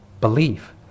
belief